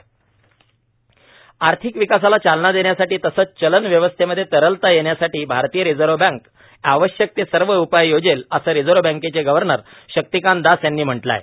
reserve bank आर्थिक विकासाला चालना देण्यासाठी तसंच चलन व्यवस्थेमधे तरलता येण्यासाठी आरतीय रिझर्व बँक आवश्यक ते सर्व उपाय योजेल असं रिझर्व बँकेचे गव्हर्नर शक्तीकांत दास यांनी म्हटलं आहे